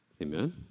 amen